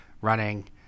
running